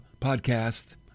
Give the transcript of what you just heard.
podcast